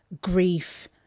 grief